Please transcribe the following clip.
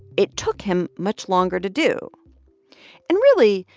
it took him much longer to do and really,